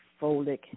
folic